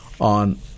on